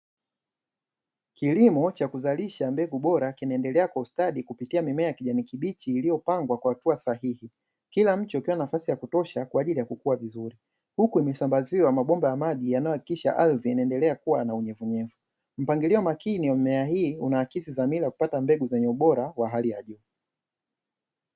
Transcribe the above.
Kilimo cha kuzalisha mbegu bora kinaendelea kustadi kupitia mimea ya kijani kibichi iliyopangwa kwa hatua sahihi, kila mche ukiwa na nafasi ya kutosha kwa ajili ya kukua vizuri. Huku imesambaziwa mabomba ya maji yanayohakikisha ardhi inaendelea kuwa na unyevunyevu, mpangilio makini wa mimea. Hii unaakisi dhamira ya kupata mbegu zenye ubora wa hali ya juu.